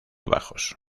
bajos